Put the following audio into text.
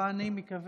מס' 1107. אני מקווה